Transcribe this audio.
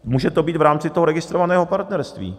Může to být v rámci registrovaného partnerství.